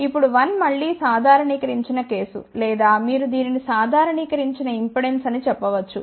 ఇప్పుడు 1 మళ్ళీ సాధారణీకరించిన కేసు లేదా మీరు దీనిని సాధారణీకరించిన ఇంపెడెన్స్ అని చెప్పవచ్చు